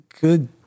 good